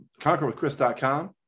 conquerwithchris.com